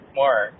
more